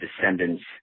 descendants